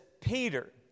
Peter